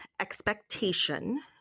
expectation